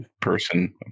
person